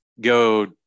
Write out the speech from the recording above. go